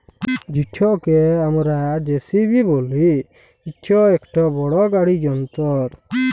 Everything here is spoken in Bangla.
যেটকে আমরা জে.সি.বি ব্যলি ইট ইকট বড় গাড়ি যল্তর